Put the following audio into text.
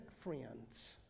friends